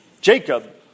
Jacob